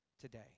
today